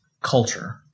culture